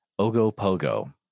ogopogo